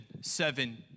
seven